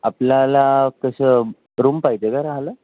आपल्याला कसं रूम पाहिजे का राहायला